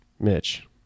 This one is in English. Mitch